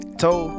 toe